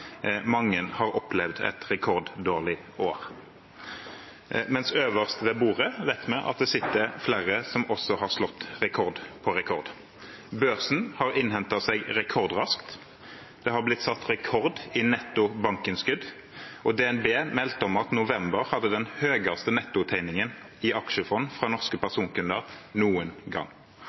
mange har opplevd et rekorddårlig år. Men øverst ved bordet vet vi at det sitter flere som også har slått rekord på rekord: Børsen har innhentet seg rekordraskt, det har blitt satt rekord i netto bankinnskudd, og DNB meldte om at november hadde den høyeste nettotegningen i aksjefond fra norske personkunder noen gang.